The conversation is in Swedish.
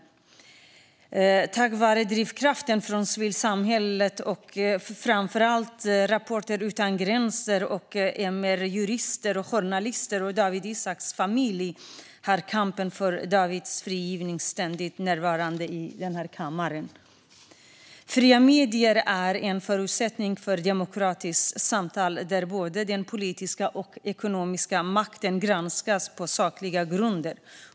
Tack vare drivkraften hos civilsamhället, framför allt Reportrar utan gränser, MR-jurister, journalister och Dawit Isaaks familj är kampen för Dawits frigivning ständigt närvarande i denna kammare. Fria medier är en förutsättning för demokratiskt samtal där både den politiska och den ekonomiska makten granskas på sakliga grunder.